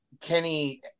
Kenny